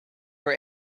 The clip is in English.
were